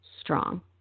strong